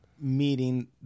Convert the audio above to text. Meeting